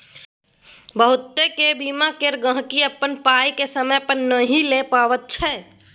बहुतेक बीमा केर गहिंकी अपन पाइ केँ समय पर नहि लए पबैत छै